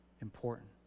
important